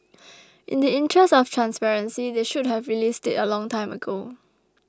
in the interest of transparency they should have released it a long time ago